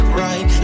right